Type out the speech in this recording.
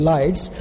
Lights